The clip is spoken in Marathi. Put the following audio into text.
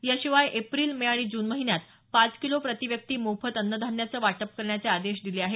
या शिवाय एप्रिल मे जून महिन्यात पाच किलो प्रति व्यक्ती मोफत अन्नधान्याचेही वाटप करण्याचे आदेश दिले आहेत